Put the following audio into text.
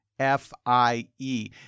F-I-E